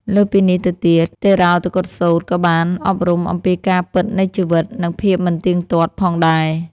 លើសពីនេះទៅទៀត តិរោកុឌ្ឍសូត្រក៏បានអប់រំអំពីការពិតនៃជីវិត និងភាពមិនទៀងទាត់ផងដែរ។